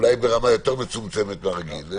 אולי ברמה יותר מצומצמת מהרגיל.